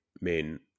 men